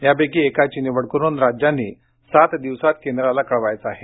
यापैकी एकाची निवड करुन राज्यांनी सात दिवसांत केंद्राला कळवायचं आहे